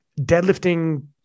deadlifting